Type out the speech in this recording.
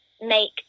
make